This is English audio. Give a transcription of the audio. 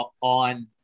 on